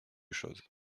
chose